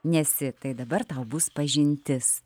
nesi tai dabar tau bus pažintis